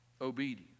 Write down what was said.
obedience